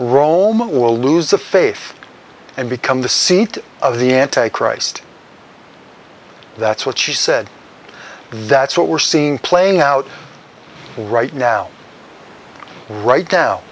roma will lose the faith and become the seat of the anti christ that's what she said that's what we're seeing playing out right now right now